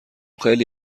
خیلی